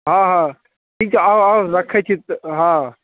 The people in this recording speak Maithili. हँ हँ ठीक छै आउ आउ रखै छी तऽ हँ